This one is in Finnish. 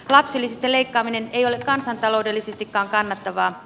lapsilisistä leikkaaminen ei ole kansantaloudellisestikaan kannattavaa